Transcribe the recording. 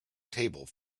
table